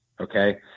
Okay